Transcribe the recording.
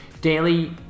daily